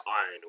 Iron